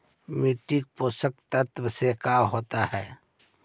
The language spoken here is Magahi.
मिट्टी पोषक तत्त्व से का होता है?